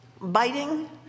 biting